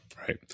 right